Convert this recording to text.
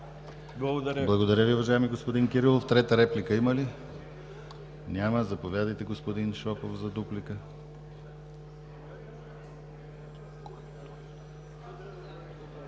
Благодаря Ви, уважаеми господин Попов. Трета реплика има ли? Няма. Заповядайте, господин Адемов, за дуплика.